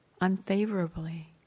unfavorably